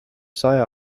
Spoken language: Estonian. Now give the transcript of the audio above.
saja